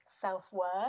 self-worth